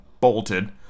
bolted